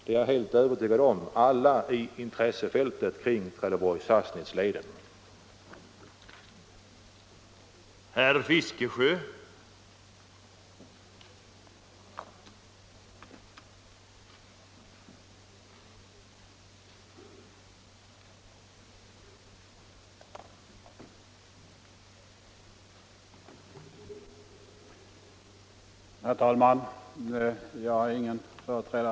Jag är helt övertygad om att alla i intressefältet kring Trelleborg-Sassnitz-leden gör det.